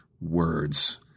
words